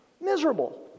Miserable